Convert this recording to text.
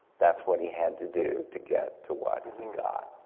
that's what he had to do to get to what and he got.